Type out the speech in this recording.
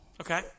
Okay